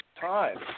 time